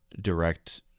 direct